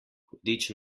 hudič